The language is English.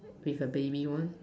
it's a baby one